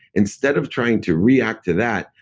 instead of trying to react to that,